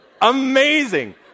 amazing